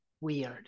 weird